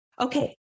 Okay